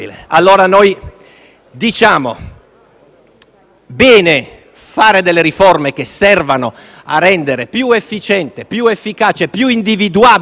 diciamo: bene fare delle riforme che servano a rendere più efficiente, più efficace, più individuabile l'azione